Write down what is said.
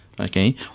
Okay